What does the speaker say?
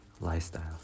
lifestyle